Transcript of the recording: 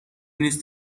نیست